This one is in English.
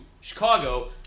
Chicago